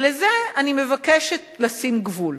לזה אני מבקשת לשים גבול,